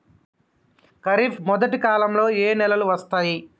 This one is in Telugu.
ఖరీఫ్ మొదటి కాలంలో ఏ నెలలు వస్తాయి?